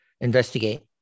investigate